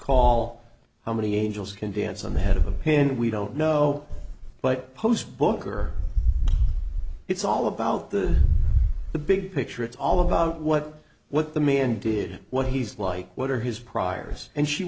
call how many angels can dance on the head of a pin we don't know but post booker it's all about the the big picture it's all about what what the man did what he's like what are his priors and she